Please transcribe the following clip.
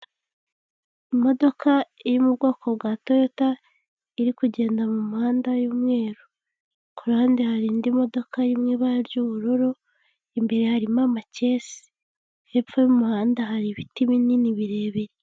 Imodoka iri mu bwoko bwa Toyota, iri kugenda mu muhanda y'umweru. Ku ruhande hari indi modoka ibara ry'ubururu, imbere harimo amakesi. Hepfo y'umuhanda hari ibiti binini birebire.